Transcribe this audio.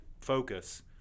focus